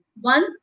One